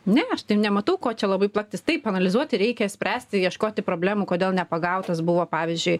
ne aš nematau ko čia labai plaktis taip analizuoti reikia spręsti ieškoti problemų kodėl nepagautas buvo pavyzdžiui